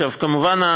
כמובן,